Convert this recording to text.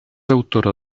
autora